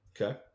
Okay